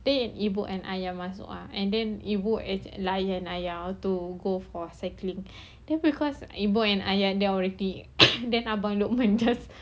then it ibu dan ayah masuk ah and then ibu layan ayah to go for cycling then because ibu and ayah they are waiting then abang lukman just